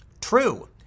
True